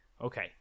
Okay